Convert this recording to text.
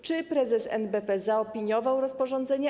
Czy prezes NBP zaopiniował rozporządzenie?